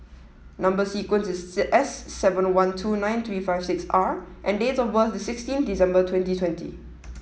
number sequence is S seven one two nine three five six R and date of birth is sixteen December twenty twenty